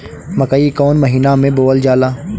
मकई कौन महीना मे बोअल जाला?